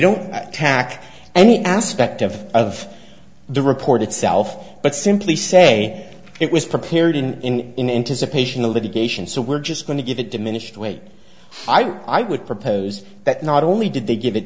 don't attack any aspect of of the report itself but simply say it was prepared in in anticipation of litigation so we're just going to give it diminished weight i would propose that not only did they give it